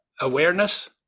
awareness